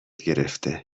گرفته